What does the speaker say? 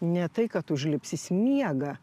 ne tai kad užlips jis miegą